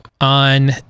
on